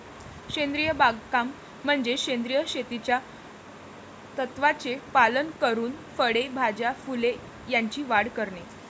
सेंद्रिय बागकाम म्हणजे सेंद्रिय शेतीच्या तत्त्वांचे पालन करून फळे, भाज्या, फुले यांची वाढ करणे